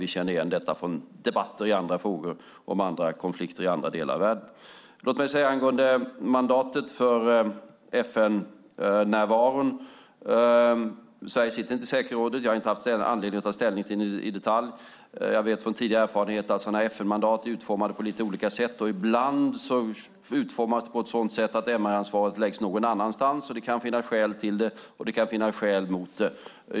Vi känner igen detta från debatter i andra frågor om andra konflikter i andra delar av världen. Låt mig säga angående mandatet för FN-närvaron att Sverige inte sitter i säkerhetsrådet. Jag har inte haft anledning att ta ställning till det i detalj. Jag vet från tidigare erfarenhet är att sådana FN-mandat är utformade på lite olika sätt. Ibland är de utformade på ett sådant sätt att MR-ansvaret läggs någon annanstans. Det kan finnas skäl till det, och det kan finnas skäl mot det.